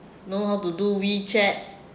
know how to do wechat